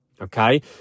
Okay